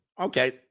Okay